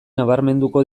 nabarmenduko